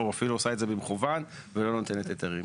או אפילו עושה את זה במכוון, ולא נותנת היתרים.